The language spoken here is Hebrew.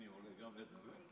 גם יבגני עולה לדבר?